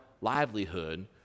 livelihood